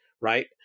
Right